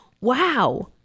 Wow